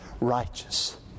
righteous